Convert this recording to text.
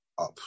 Up